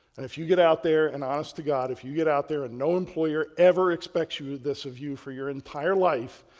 and if you get out there and honest to god, if you get out there and no employer ever expects this of you for your entire life,